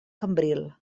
cambril